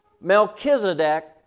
Melchizedek